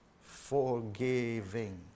forgiving